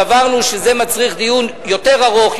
סברנו שזה מצריך דיון יותר ארוך,